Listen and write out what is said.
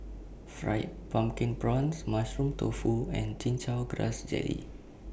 Fried Pumpkin Prawns Mushroom Tofu and Chin Chow Grass Jelly